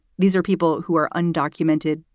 these are people who are undocumented,